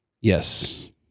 Yes